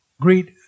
Greet